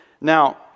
Now